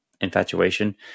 infatuation